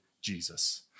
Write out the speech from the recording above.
Jesus